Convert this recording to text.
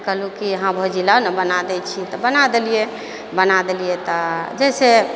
तऽ कहलहुँ कि हँ भौजी लाउ ने बना दै छी तऽ बना देलियै बना देलियै तऽ जैसे